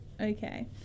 Okay